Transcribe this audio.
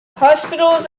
hospitals